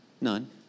none